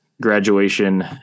graduation